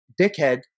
dickhead